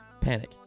panic